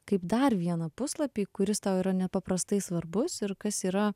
kaip dar vieną puslapį kuris tau yra nepaprastai svarbus ir kas yra